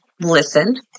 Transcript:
Listen